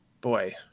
Boy